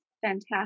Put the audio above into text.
fantastic